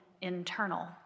internal